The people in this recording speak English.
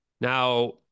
now